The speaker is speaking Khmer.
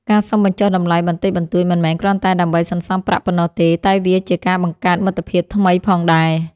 ការសុំបញ្ចុះតម្លៃបន្តិចបន្តួចមិនមែនគ្រាន់តែដើម្បីសន្សំប្រាក់ប៉ុណ្ណោះទេតែវាជាការបង្កើតមិត្តភាពថ្មីផងដែរ។